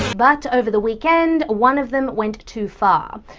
but over the weekend, one of them went too far.